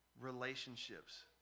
relationships